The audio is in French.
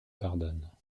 pardonne